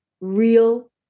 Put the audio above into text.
real